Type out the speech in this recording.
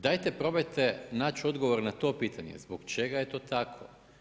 Dajte probajte naći odgovor na to pitanje zbog čega je to tako.